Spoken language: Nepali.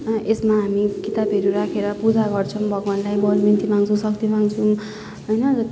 यसमा हामी किताबहरू राखेर पूजा गर्छौँ भगवानलाई बलबिन्ती माग्छौँ शक्ति माग्छौँ होइन